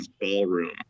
ballroom